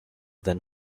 than